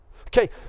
Okay